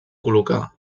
col·locar